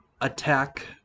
attack